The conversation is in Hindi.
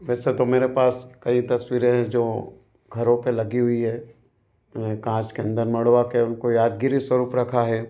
वैसे तो मेरे पास कई तस्वीरें हैं जो घरों पर लगी हुई है काँच के अंदर मढ़वा कर उनको यादगिरी स्वरूप रखा है